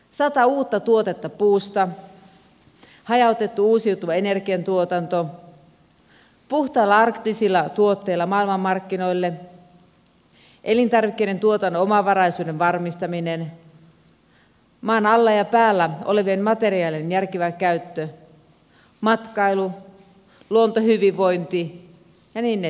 sata uutta tuotetta puusta hajautettu uusiutuva energiantuotanto puhtailla arktisilla tuotteilla maailmanmarkkinoille elintarvikkeiden tuotannon omavaraisuuden varmistaminen maan alla ja päällä olevien materiaalien järkevä käyttö matkailu luontohyvinvointi ja niin edelleen